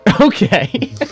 Okay